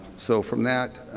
so, from that,